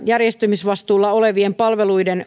järjestämisvastuulla olevien palveluiden